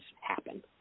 happen